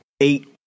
eight